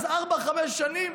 ואז ארבע-חמש שנים